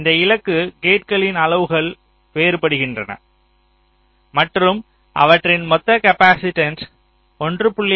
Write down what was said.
இந்த இலக்கு கேட்களின் அளவுகள் வேறுபடுகின்றன மற்றும் அவற்றின் மொத்த காப்பாசிட்டன்ஸ் 1